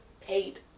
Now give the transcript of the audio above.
paid